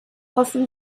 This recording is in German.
hoffen